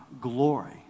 glory